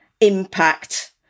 impact